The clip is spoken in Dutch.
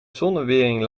zonwering